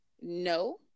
No